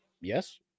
yes